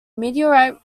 meteorite